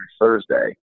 Thursday